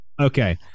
Okay